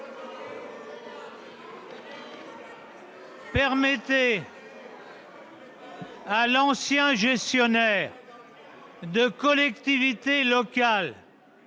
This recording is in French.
permettez à l'ancien gestionnaire de collectivités locales